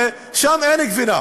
שם אין גבינה.